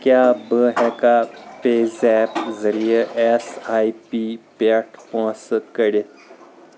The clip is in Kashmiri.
کیٛاہ بہٕ ہیٚکا پے زیپ ذٔریعہٕ ایس آی پی پیٚٹھ پونٛسہٕ کٔڑِتھ